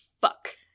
fuck